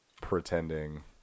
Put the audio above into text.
pretending